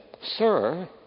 Sir